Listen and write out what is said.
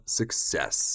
success